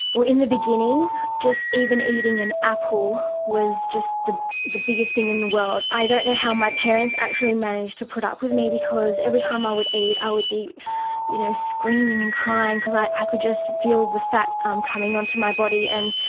well in the beginning just even eating an apple was just the the biggest thing in the world. i don't know how my parents actually managed to put up with me because every time i would eat i would be you know screaming screaming and crying because i i could just feel the fat um coming onto my body. and